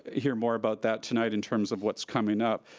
hear more about that tonight in terms of what's coming up.